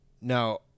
now